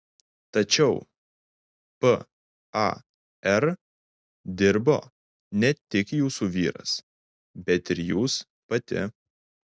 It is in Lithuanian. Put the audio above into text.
tačiau par dirbo ne tik jūsų vyras bet ir jūs pati